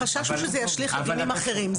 החשש הוא שזה ישליך על דינים אחרים.